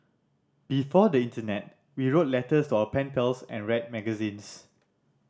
before the internet we wrote letters to our pen pals and read magazines